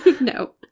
No